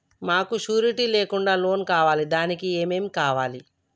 మాకు షూరిటీ లేకుండా లోన్ కావాలి దానికి ఏమేమి కావాలి?